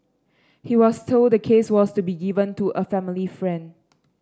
he was told the case was to be given to a family friend